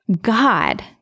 God